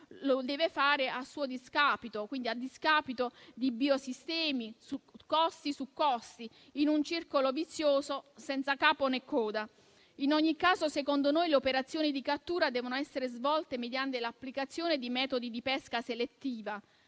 lo deve fare a suo discapito, quindi a discapito di biosistemi, con costi su costi, in un circolo vizioso senza capo né coda. In ogni caso secondo noi le operazioni di cattura devono essere svolte mediante l'applicazione di metodi di pesca selettiva